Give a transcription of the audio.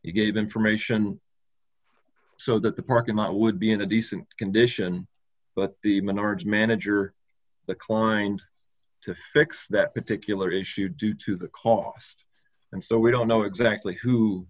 you gave information so that the parking lot would be in a decent condition but the menards manager the client to fix that particular issue due to the cost and so we don't know exactly who